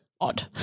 Odd